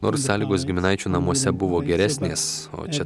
nors sąlygos giminaičių namuose buvo geresnės o čia